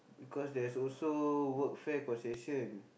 because there's also workfare concession